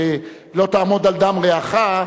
"לא תעמוד על דם רעך",